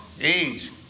age